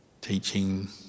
teaching